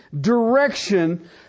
direction